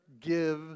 give